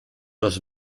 los